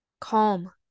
calm